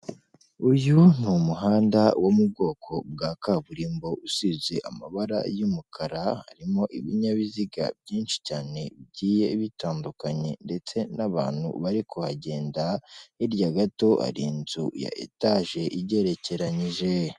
Uyu ni umuhanda wo mu bwoko bwa kaburimbo usibye amabara y'umukara harimo ibinyabiziga byinshi cyane bigiye bitandukanye ndetse n'abantu bari kuhagenda hirya gato hari inzu ya etaje igerekeranyije.